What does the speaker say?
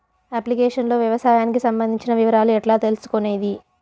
Application లో వ్యవసాయానికి సంబంధించిన వివరాలు ఎట్లా తెలుసుకొనేది?